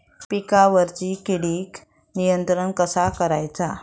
पिकावरची किडीक नियंत्रण कसा करायचा?